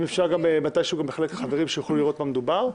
אם אפשר גם לחלק אותה לחברים כדי שיוכלו לראות במה מדובר.